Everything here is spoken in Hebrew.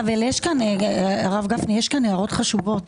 אבל יש כאן, הרב גפני, יש כאן הערות חשובות.